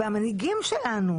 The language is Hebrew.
והמנהיגים שלנו